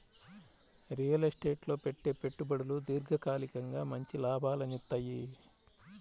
real estate లో పెట్టే పెట్టుబడులు దీర్ఘకాలికంగా మంచి లాభాలనిత్తయ్యి